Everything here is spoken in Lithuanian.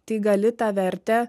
tai gali tą vertę